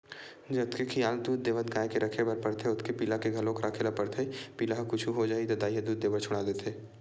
जतके खियाल दूद देवत गाय के राखे बर परथे ओतके पिला के घलोक राखे ल परथे पिला ल कुछु हो जाही त दाई ह दूद देबर छोड़ा देथे